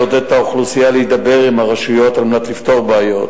ולעודד את האוכלוסייה להידבר עם הרשויות על מנת לפתור בעיות.